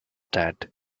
dead